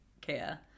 care